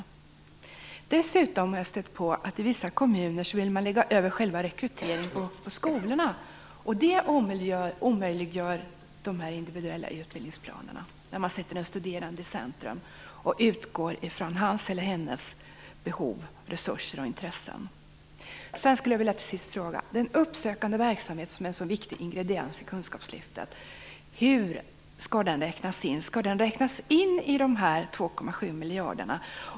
Jag har dessutom stött på att man i vissa kommuner vill lägga över själva rekryteringen på skolorna, och det omöjliggör de individuella utbildningsplanerna där man sätter den studerande i centrum och utgår från hans eller hennes behov, resurser och intressen. Till sist skulle jag vilja fråga: Hur skall den uppsökande verksamheten, som är en så viktig ingrediens i Kunskapslyftet, räknas in? Skall den räknas in i de 2,7 miljarderna?